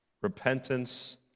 repentance